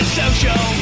social